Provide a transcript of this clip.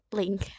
link